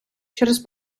через